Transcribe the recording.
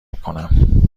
میکنم